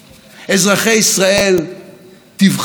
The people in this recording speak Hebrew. באיזו מדינה אתם רוצים לחיות: